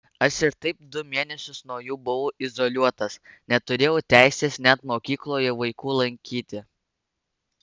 aš ir taip du mėnesius nuo jų buvau izoliuotas neturėjau teisės net mokykloje vaikų lankyti